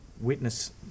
witness